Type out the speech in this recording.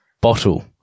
Bottle